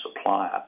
supplier